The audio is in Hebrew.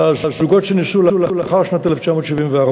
לזוגות שנישאו לאחר שנת 1974,